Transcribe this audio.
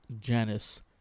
Janice